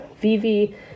Vivi